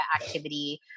activity